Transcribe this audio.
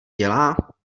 dělá